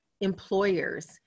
employers